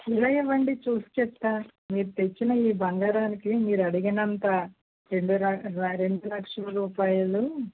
ఇలా ఇవ్వండి చూసి చెప్తాను మీరు తెచ్చిన ఈ బంగారానికి మీరు అడిగినంత రెండు ర రెండు లక్షల రూపాయలు